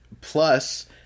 plus